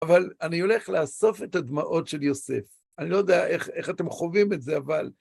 אבל אני הולך לאסוף את הדמעות של יוסף. אני לא יודע איך, איך אתם חווים את זה, אבל...